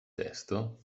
testo